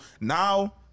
now